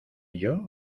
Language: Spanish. ello